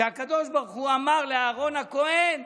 שהקדוש ברוך הוא אמר לאהרן הכוהן: